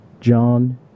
John